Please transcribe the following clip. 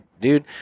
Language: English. dude